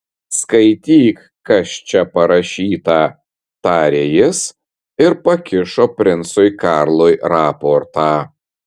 skaityk kas čia parašyta tarė jis ir pakišo princui karlui raportą